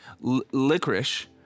licorice